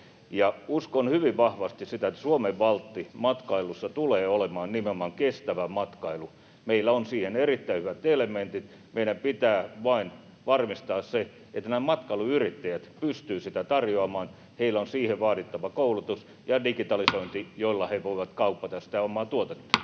Uskon hyvin vahvasti, että Suomen valtti matkailussa tulee olemaan nimenomaan kestävä matkailu. Meillä on siihen erittäin hyvät elementit. Meidän pitää vain varmistaa se, että matkailuyrittäjät pystyvät sitä tarjoamaan, heillä on siihen vaadittava koulutus ja digitalisointi, jolla he voivat kaupata sitä omaa tuotettaan.